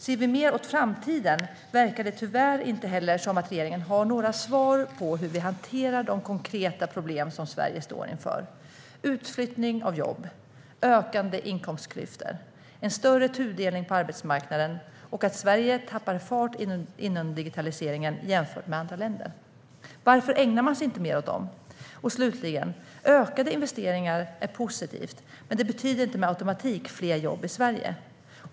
Ser vi mer på framtiden verkar det tyvärr inte heller som att regeringen har några svar på hur man ska hantera de konkreta problem som Sverige står inför. Det gäller utflyttning av jobb, ökande inkomstklyftor, en större tudelning på arbetsmarknaden och att Sverige tappar fart inom digitaliseringen jämfört med andra länder. Varför ägnar man sig inte mer åt dem? Och slutligen: Ökade investeringar är positivt, men det betyder inte per automatik fler jobb i Sverige.